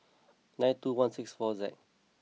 nine two one six four Z